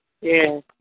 Yes